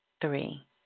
three